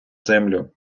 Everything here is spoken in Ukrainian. землю